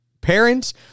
Parents